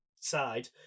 side